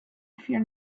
fear